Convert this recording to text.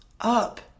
up